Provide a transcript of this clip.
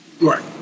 right